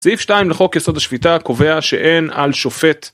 סעיף 2 לחוק יסוד השפיטה קובע שאין על שופט